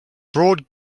broad